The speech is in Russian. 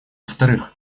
вторых